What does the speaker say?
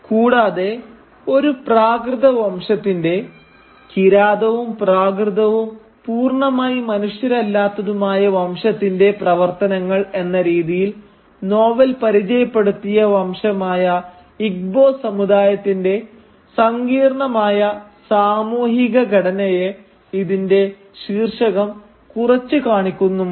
കൂടാതെ ഒരു പ്രാകൃത വംശത്തിന്റെ കിരാതവും പ്രാകൃതവും പൂർണമായി മനുഷ്യരല്ലാത്തതുമായ വംശത്തിന്റെ പ്രവർത്തനങ്ങൾ എന്ന രീതിയിൽ നോവൽ പരിചയപ്പെടുത്തിയ വംശമായ ഇഗ്ബോ സമുദായത്തിന്റെ സങ്കീർണമായ സാമൂഹിക ഘടനയെ ഇതിന്റെ ശീർഷകം കുറച്ചു കാണിക്കുന്നുമുണ്ട്